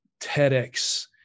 TEDx